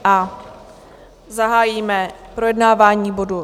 A zahájíme projednávání bodu